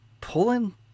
pulling